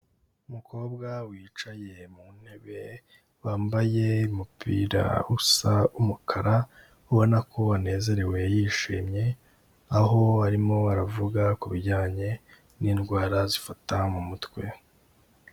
Umukobwa wicaye mu ntebe wambaye umupira usa umukara, ubona ko anezerewe yishimye aho arimo aravuga ku bijyanye n'indwara zifata mu mutwe.